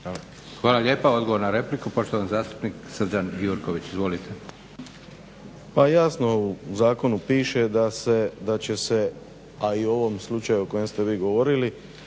Hvala lijepa. Odgovor na repliku, poštovani zastupnik Srđan Gjurković. Izvolite. **Gjurković, Srđan (HNS)** Pa jasno u zakonu piše da će se, a i u ovom slučaju o kojom ste vi govorili,